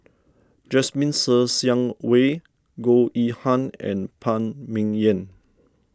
Jasmine Ser Xiang Wei Goh Yihan and Phan Ming Yen